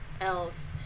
else